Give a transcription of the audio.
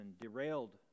derailed